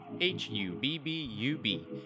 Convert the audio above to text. H-U-B-B-U-B